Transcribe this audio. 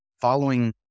following